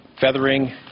feathering